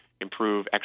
improve